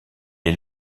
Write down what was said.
est